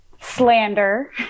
slander